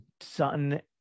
son